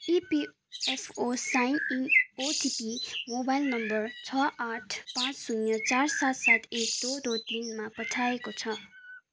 EPFO sign in OTP mobile number छ आठ पाँच शून्य चार सात सात एक दो दो तिनमा पठाइएको छ